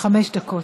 חמש דקות.